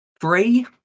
Three